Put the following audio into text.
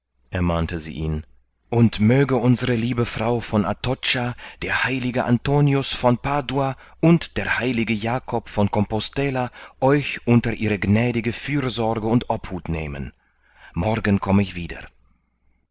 ermahnte sie ihn und möge unsere liebe frau von atocha der heilige antonius von padua und der heilige jakob von compostella euch unter ihre gnädige fürsorge und obhut nehmen morgen komm ich wieder